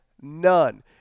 none